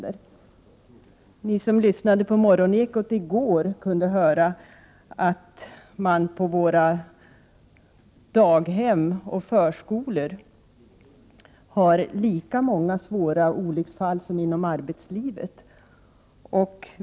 Den som i går lyssnade på morgonekot kunde höra att man på våra daghem och förskolor har lika många svåra olycksfall som inom arbetslivet.